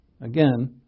Again